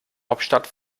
hauptstadt